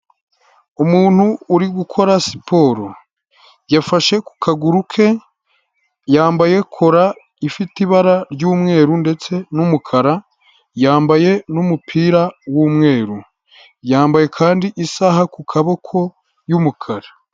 Umuntu uri gukora siporo yafashe ku kaguru ke yambaye kola ifite ibara ry'umweru ndetse n'umukara, yambaye n'umupira w'umweru yambaye kandi isaha ku kaboko y'umukara.